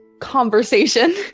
conversation